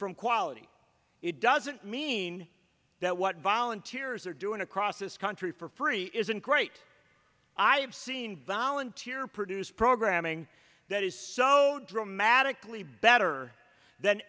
from quality it doesn't mean that what volunteers are doing across this country for free isn't great i have seen volunteer produce programming that is so dramatically better than